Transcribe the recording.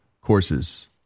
courses